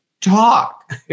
talk